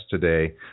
today